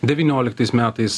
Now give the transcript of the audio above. devynioliktais metais